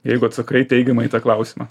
jeigu atsakai teigiamai į tą klausimą